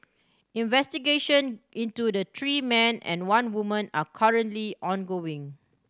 investigation into the three men and one woman are currently ongoing